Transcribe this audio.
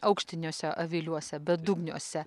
aukštiniuose aviliuose bedugniuose